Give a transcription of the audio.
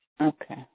Okay